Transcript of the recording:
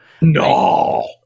No